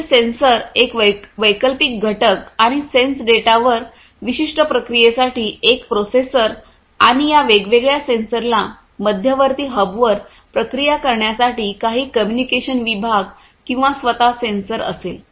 येथे सेन्सर एक वैकल्पिक घटक आणि सेन्स डेटा वर विशिष्ट प्रक्रियेसाठी एक प्रोसेसर आणि या वेगवेगळ्या सेन्सरला मध्यवर्ती हबवर प्रक्रिया करण्यासाठी काही कम्युनिकेशन विभाग किंवा स्वतः सेन्सर असेल